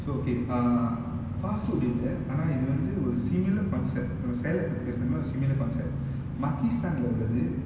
so okay uh fast food இல்ல ஆனா இதுவந்து ஒரு:illa aanaa ithuvanthu oru similar concept நாம:naama salad பத்தி பேசுனமா:pathi pesunamaa similar concept makisan lah உள்ளது:ullathu